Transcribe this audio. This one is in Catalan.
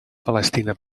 palestina